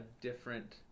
different